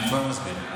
אני כבר מסביר.